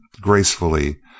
gracefully